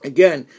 Again